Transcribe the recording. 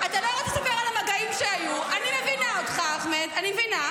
לא חייבים להאמין לי.